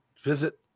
visit